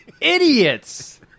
Idiots